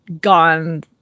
gone